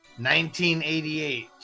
1988